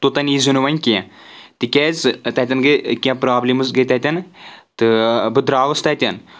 توَٚتن یی زیو نہٕ وۄنۍ کینٛہہ تِکیٛازِ تَتؠن گٔے کینٛہہ پرابلِمٕز گٔے تَتؠن تہٕ بہٕ درٛاوُس تَتؠن